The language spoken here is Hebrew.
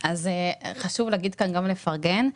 אז חשוב גם לפרגן כאן.